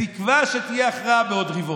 בתקווה שתהיה הכרעה בעוד רבעון.